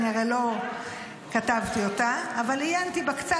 אני הרי לא כתבתי אותה אבל עיינתי בה קצת,